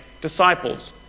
disciples